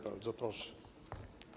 Bardzo proszę.